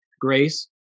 grace